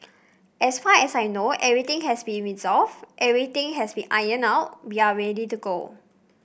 as far as I know everything has been resolved everything has been ironed out we are ready to go